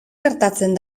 gertatzen